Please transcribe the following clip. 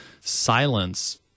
silence